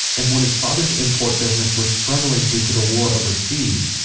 and when his father's import business was struggling due to the war overseas,